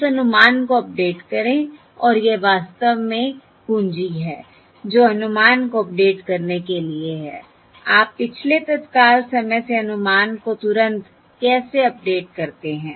बस अनुमान को अपडेट करें और यह वास्तव में कुंजी है जो अनुमान को अपडेट करने के लिए है आप पिछले तत्काल समय से अनुमान को तुरंत कैसे अपडेट करते हैं